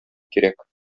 кирәк